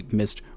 missed